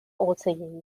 also